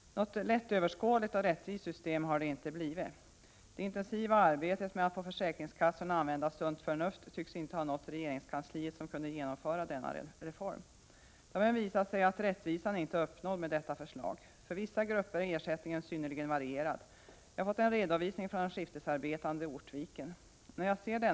Något lättöverskådligt och rättvist system har det inte blivit. Det intensiva arbetet med att på försäkringskassorna använda sunt förnuft tycks inte ha påverkat regeringskansliet som kunde genomföra denna reform. Det har även visat sig att rättvisa inte är uppnådd med detta förslag. För Prot. 1987/88:79 vissa grupper är ersättningen synnerligen varierad. Jag har fått en redovis 1 mars 1988 ning från en skiftesarbetande i Ortviken.